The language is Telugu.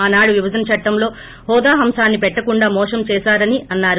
ఆనాడు విభజన చట్టంలో హోదా అంశాన్ని పెట్టకుండా మోసం చేశారని అన్నారు